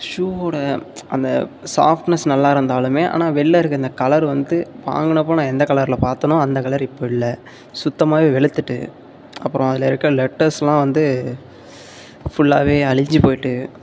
ஷூவோட அந்த சாஃப்ட்னஸ் நல்லாயிருந்தாலுமே ஆனால் வெள்ல இருக்க இந்த கலர் வந்து வாங்கினப்போ நான் எந்த கலர்ல பார்த்தனோ அந்த கலர் இப்போ இல்லை சுத்தமாகவே வெளுத்துட்டு அப்புறம் அதில் இருக்க லெட்டர்ஸ்லாம் வந்து ஃபுல்லாவே அழிஞ்சிப் போயிட்டு